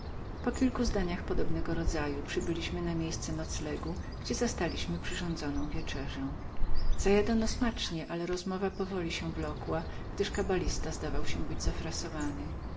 po kilku zdaniach podobnego rodzaju przybyliśmy na miejsce naszego noclegu gdzie zastaliśmy przyrządzoną wieczerzę zajadano smacznie ale rozmowa powoli się wlokła gdyż kabalista zdawał się być